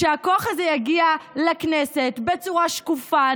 שהכוח הזה יגיע לכנסת בצורה שקופה,